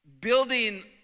building